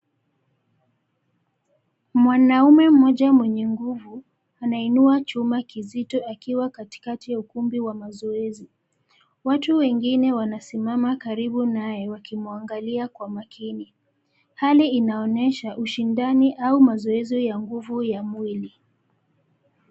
Mwanaume mmoja mwenye nguvu, anainua chuma kizito akiwa katikati ya ukumbi wa mazoezi. Watu wengine wanasimama karibu naye wakimwangalia kwa makini. Hali inaonyesha ushindani au mazoezi ya nguvu ya mwili.